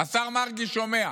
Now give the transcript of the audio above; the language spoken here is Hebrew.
השר מרגי שומע.